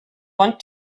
want